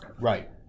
Right